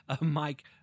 Mike